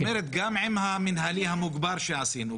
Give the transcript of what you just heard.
זאת אומרת, גם אם המינהלי המוגבר שעשינו,